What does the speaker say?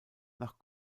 nach